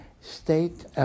state